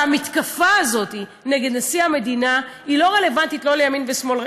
והמתקפה הזאת נגד נשיא המדינה לא רלוונטית לימין או שמאל,